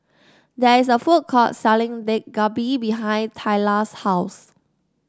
there is a food court selling Dak Galbi behind Thalia's house